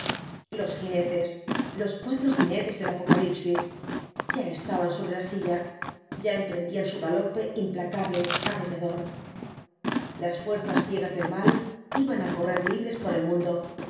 los jinetes los cuatro jinetes del apocalipsis ya estaban sobre la silla ya emprendían su galope implacable arrollador las fuerzas ciegas del mal iban á correr libres por el mundo